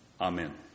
Amen